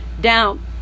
down